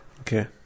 okay